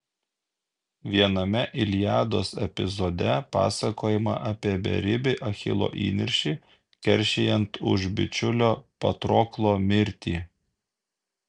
viename iliados epizode pasakojama apie beribį achilo įniršį keršijant už bičiulio patroklo mirtį